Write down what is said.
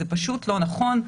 זה פשוט לא נכון.